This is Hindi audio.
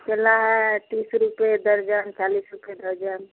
केला है तीस रुपये दर्ज़न चालीस रुपये दर्ज़न